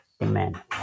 Amen